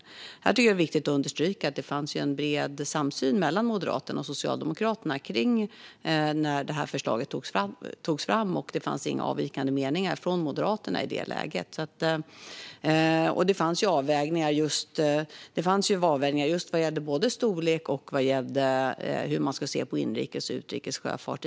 Jag tycker att det är viktigt att understryka att det fanns en bred samsyn mellan Moderaterna och Socialdemokraterna när det här förslaget togs fram. Det anmäldes ingen avvikande mening från Moderaterna i det läget. I den propositionen fanns det också avvägningar vad gällde just storlek och hur man ska se på inrikes och utrikes sjöfart.